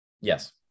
yes